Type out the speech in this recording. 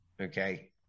okay